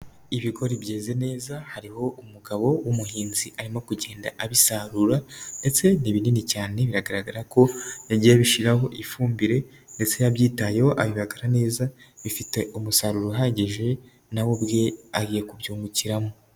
Ibigori byeze neza, hariho umugabo w'umuhinzi arimo kugenda abisarura ndetse ni binini cyane biragaragara ko yagiye abishyiraho ifumbire ndetse yabyitayeho abibagura neza bifite umusaruro uhagije, na we ubwe agiye kubyungukiramo.